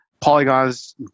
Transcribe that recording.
Polygons